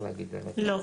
לא.